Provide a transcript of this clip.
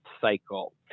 cycle